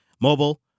Mobile